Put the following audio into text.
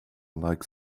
like